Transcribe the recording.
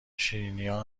شیرینیا